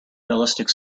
realistic